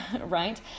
right